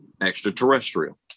extraterrestrial